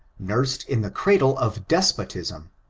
nursed in the cradle of despotism,